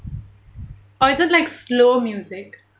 or is it like slow music